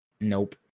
Nope